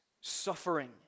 suffering